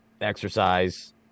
exercise